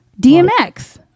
DMX